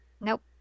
Nope